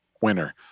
winner